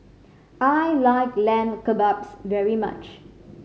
I like Lamb Kebabs very much